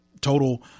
total